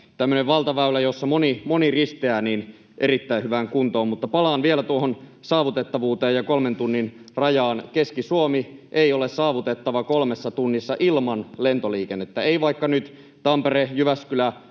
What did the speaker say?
tämmöinen valtaväylä, jossa moni risteää, erittäin hyvään kuntoon. Mutta palaan vielä tuohon saavutettavuuteen ja kolmen tunnin rajaan: Keski-Suomi ei ole saavutettava kolmessa tunnissa ilman lentoliikennettä — ei, vaikka nyt Tampere—Jyväskylä-rautatiehen